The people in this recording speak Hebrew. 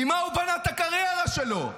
ממה הוא בנה את הקריירה שלו?